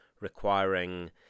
requiring